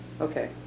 Okay